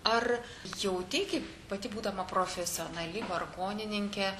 ar jauti kaip pati būdama profesionali vargonininkė